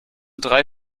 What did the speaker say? drei